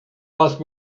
ask